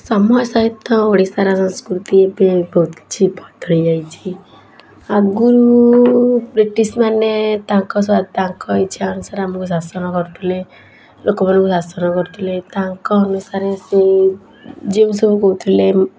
ସମୟ ସହିତ ଓଡ଼ିଶାର ସଂସ୍କୃତି କିଛି ବଦଳି ଯାଇଛି ଆଗୁରୁ ବ୍ରିଟିଶ୍ମାନେ ତାଙ୍କ ସ୍ୱା ତାଙ୍କ ଇଛା ଅନୁସାରେ ଆମକୁ ଶାସନ କରୁଥିଲେ ଲୋକମାନଙ୍କୁ ଶାସନ କରୁଥୁଲେ ତାଙ୍କ ଅନୁସାରେ ସିଏ ଯେଉଁ ସବୁ କଉଥିଲେ